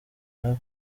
nabo